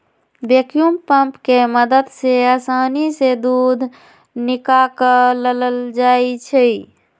vacuum pump के मदद से आसानी से दूध निकाकलल जाइ छै